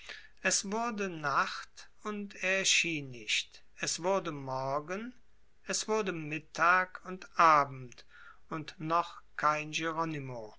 es wurde nacht und er erschien nicht es wurde morgen es wurde mittag und abend und noch kein